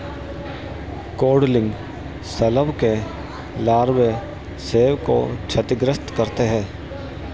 codling शलभ के लार्वे सेब को क्षतिग्रस्त करते है